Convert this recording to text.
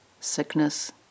sickness